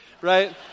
Right